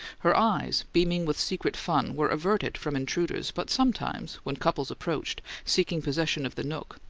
her eyes, beaming with secret fun, were averted from intruders, but sometimes, when couples approached, seeking possession of the nook,